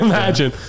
Imagine